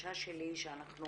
ההרגשה שלי שאנחנו